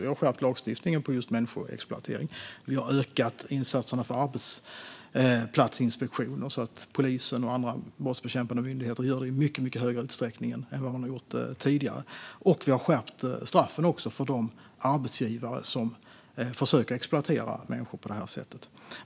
Vi har skärpt lagstiftningen när det gäller just människoexploatering, vi har ökat insatserna för arbetsplatsinspektioner så att polisen och andra brottsbekämpande myndigheter kan göra sådana i mycket högre utsträckning än tidigare och vi har skärpt straffen för de arbetsgivare som försöker exploatera människor på det här sättet.